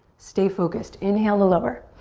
stay focused. inhale to lower.